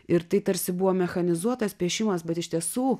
ir tai tarsi buvo mechanizuotas piešimas bet iš tiesų